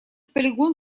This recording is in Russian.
полигон